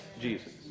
Jesus